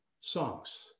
songs